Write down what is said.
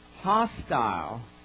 Hostile